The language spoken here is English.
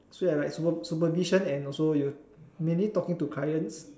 so it's like super~ supervision and also you mainly talking to clients